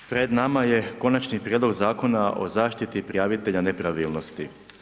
Pred nama je Konačni prijedlog Zakona o zaštiti prijavitelja nepravilnosti.